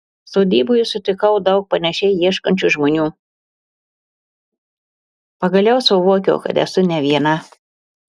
sodyboje sutikau daug panašiai ieškančių žmonių pagaliau suvokiau kad esu ne viena